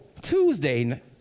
Tuesday